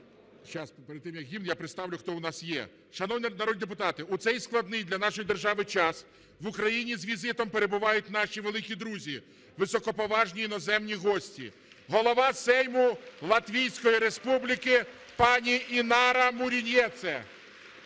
Зараз, перед тим як гімн, я представлю хто у нас є. Шановні народні депутати, у цей складний для нашої держави час в Україні з візитом перебувають наші великі друзі, високоповажні іноземні гості. Голова Сейму Латвійської Республіки пані Інара Мурнієце.